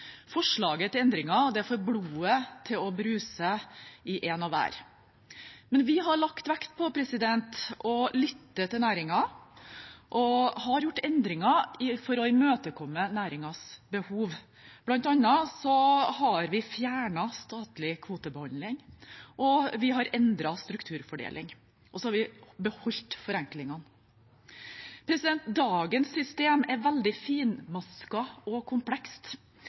Forslaget til endringer får blodet til å bruse i noen hver, men vi har lagt vekt på å lytte til næringen, og vi har gjort endringer for å imøtekomme næringens behov. Blant annet har vi fjernet statlig kvotebehandling, vi har endret strukturfordelingen, og vi har beholdt forenklingene. Dagens system er veldig finmasket og komplekst, og jo flere nye mekanismer som legges til for å ivareta ulike hensyn, jo mer komplekst